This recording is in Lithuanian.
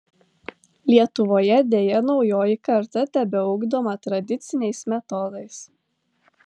lietuvoje deja naujoji karta tebeugdoma tradiciniais metodais